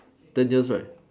ten years right